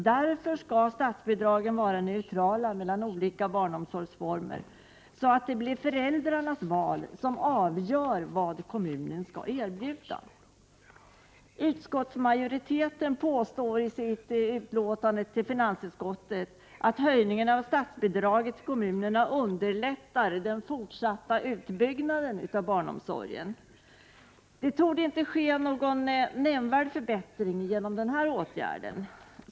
Därför skall statsbidragen vara neutrala i förhållande till olika barnomsorgsformer, så att det blir föräldrarnas val som avgör vad kommunen skall erbjuda. Socialutskottets majoritet påstår i sitt utlåtande till finansutskottet att höjningen av statsbidragen till kommunerna underlättar den fortsatta utbyggnaden av barnomsorgen. Det torde inte ske någon nämnvärd förbättring genom denna åtgärd.